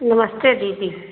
नमस्ते दीदी